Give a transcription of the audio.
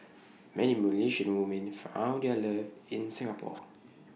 many Malaysian women found their love in Singapore